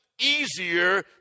easier